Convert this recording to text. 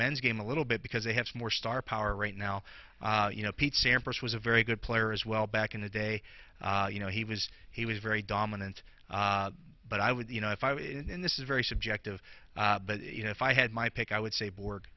men's game a little bit because they have more star power right now you know pete sampras was a very good player as well back in the day you know he was he was very dominant but i would you know if i was in this is very subjective but you know if i had my pick i would say bo